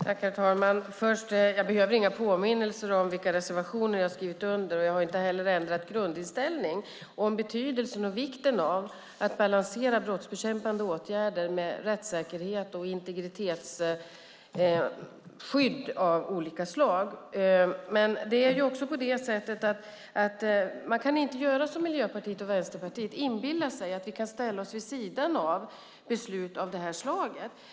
Herr talman! Först: Jag behöver inga påminnelser om vilka reservationer jag har skrivit under. Jag har inte heller ändrat grundinställning om vikten av att balansera brottsbekämpande åtgärder med rättssäkerhet och integritetsskydd av olika slag. Men man kan inte göra som Miljöpartiet och Vänsterpartiet, att inbilla sig att vi kan ställa oss vid sidan av beslut av det här slaget.